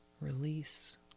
release